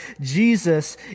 Jesus